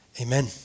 Amen